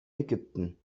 ägypten